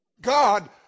God